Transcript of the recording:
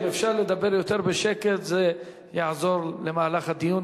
ואם אפשר לדבר יותר בשקט זה יעזור למהלך הדיון.